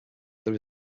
there